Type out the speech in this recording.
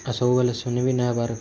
ଆଉ ସବୁବେଲେ ଶୁନି ବି ନାଇଁବାର୍